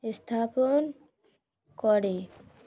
স্থাপন করে